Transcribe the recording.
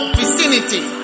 vicinity